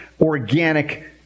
organic